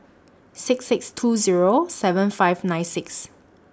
six six two Zero seven five nine six